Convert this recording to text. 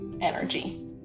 energy